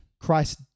Christ